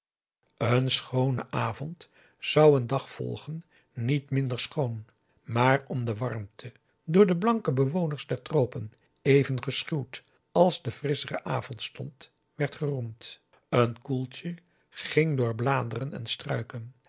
een schoone avond zou een dag volgen niet minder schoon maar om de warmte door de blanke bewoners der tropen even geschuwd als de frisschere avondstond werd geroemd een koeltje ging door bladeren en struiken